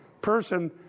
person